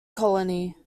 colony